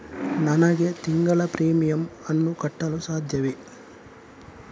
ನನಗೆ ತಿಂಗಳ ಪ್ರೀಮಿಯಮ್ ಅನ್ನು ಕಟ್ಟಲು ಸಾಧ್ಯವೇ?